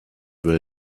will